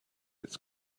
its